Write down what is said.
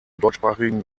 deutschsprachigen